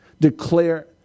Declare